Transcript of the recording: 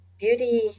beauty